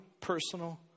personal